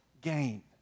gain